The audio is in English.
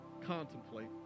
contemplate